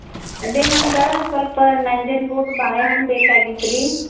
ಅದೆ ನಮ್ಗೆ ಸ್ವಲ್ಪ ನಂಜನ್ಗೂಡು ಬಾಳೆ ಹಣ್ಣು ಬೇಕಾಗಿತ್ತುರಿ